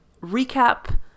recap